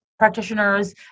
practitioners